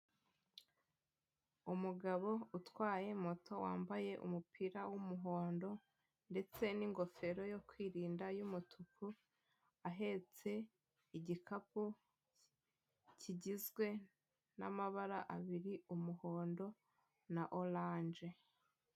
Umugabo utwaye moto wambaye umupira w'umuhondo ndetse n'ingofero yo kwirinda y'umutuku, ahetse igikapu kigizwe n'amabara abiri umuhondo na oranje.